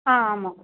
ஆ ஆமாம்